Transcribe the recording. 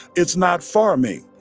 it's not for me,